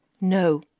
No